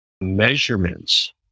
measurements